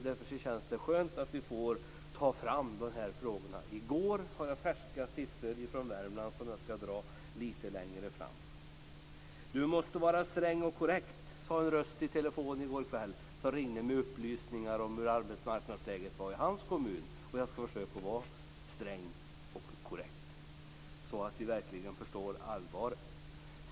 Därför är det skönt att få fram dessa frågor. Jag har färska siffror från Värmland som jag ska föredra lite längre fram. "Du måste vara sträng och korrekt", sade en person i telefonen i går kväll. Jag fick upplysningar om arbetsmarknadsläget i hans kommun. Jag ska försöka vara sträng och korrekt, så att vi verkligen förstår allvaret.